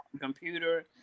Computer